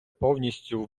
повністю